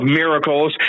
miracles